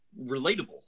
relatable